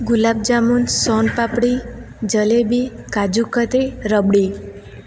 ગુલાબ jamun son papdi jalebi kaju katli rabri